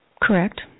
Correct